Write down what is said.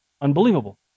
unbelievable